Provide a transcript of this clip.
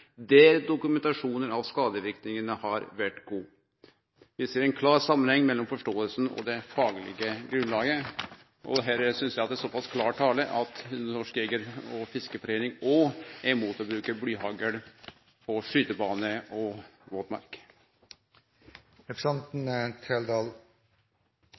der dokumentasjonen av skadevirkningene har vært god. Vi ser altså en klar sammenheng mellom forståelsen og den faglige grunnlaget.» Dette synest eg er klar tale: Norges Jeger- og Fiskerforbund er imot å bruke blyhagl på skytebanane og